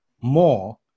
more